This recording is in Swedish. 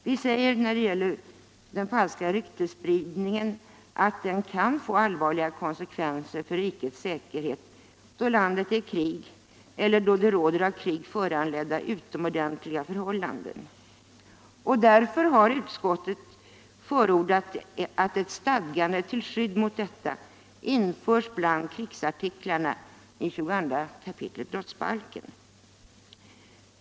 Vi säger när det gäller falsk ryktesspridning att sådan kan få allvarliga konsekvenser för rikets säkerhet, då landet är i krig eller då det råder av krig föranledda utomordentliga förhållanden. Därför har utskottet förordat att ett stadgande till skydd mot detta införs bland krigsartiklarna i 22 kap. brottsbalken.